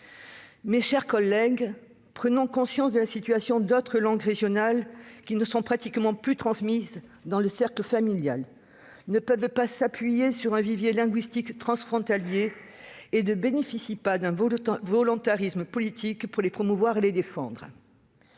Mes chers collègues, prenons conscience de la situation d'autres langues régionales qui ne sont pratiquement plus transmises dans le cercle familial, qui ne peuvent pas s'appuyer sur un vivier linguistique transfrontalier et qui ne bénéficient pas d'un volontarisme politique pour les promouvoir et les défendre.